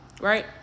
right